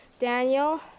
Daniel